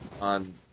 on